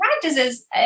practices